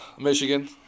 Michigan